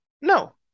No